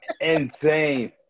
Insane